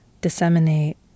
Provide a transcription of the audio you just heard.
disseminate